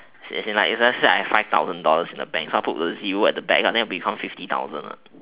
as in like if let's say I have five thousand in the bank so I'll put a zero at the back so it'll become fifty thousand